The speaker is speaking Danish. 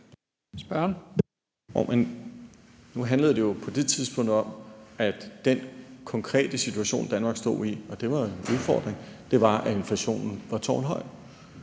spørgsmål.